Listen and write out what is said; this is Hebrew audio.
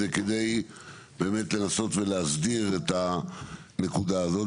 זה כדי לנסות ולהסדיר את הנקודה הזאת,